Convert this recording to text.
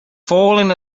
falling